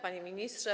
Panie Ministrze!